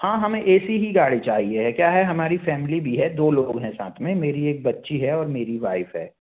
हाँ हमें A C ही गाड़ी चाहिए है क्या है हमारी फ़ैमली भी है दो लोग हैं साथ में मेरी एक बच्ची है और मेरी वाइफ़ है